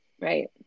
right